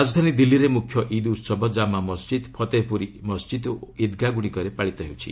ରାଜଧାନୀ ଦିଲ୍ଲୀରେ ମୁଖ୍ୟ ଇଦ୍ ଉତ୍ସବ ଜାମା ମସ୍ଜିଦ୍ ଫତେହପ୍ରରୀ ମସ୍ଜିଦ୍ ଓ ଇଦ୍ଗାହଠାରେ ପାଳିତ ହେଉଛି